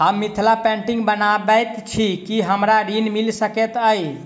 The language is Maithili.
हम मिथिला पेंटिग बनाबैत छी की हमरा ऋण मिल सकैत अई?